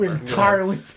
entirely